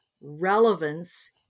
relevance